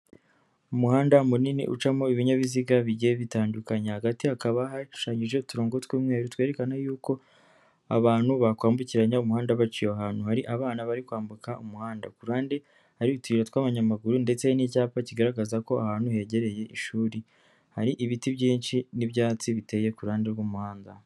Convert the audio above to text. Umuhanda munini ucamo ibinyabiziga bigiye bitandukanye, hagati hakaba hashushanyije uturongo tw'umweru twerekana yuko abantu bakwambukiranya umuhanda baciye aho hantu. Hari abana bari kwambuka umuhanda. Ku ruhande hari utuyira tw'abanyamaguru ndetse n'icyapa kigaragaza ko ahantu hegereye ishuri. Hari ibiti byinshi n'ibyatsi biteye ku ku ruhande rw'umuhanda.